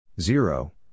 Zero